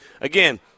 again